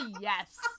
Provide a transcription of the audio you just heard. Yes